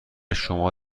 شما